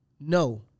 No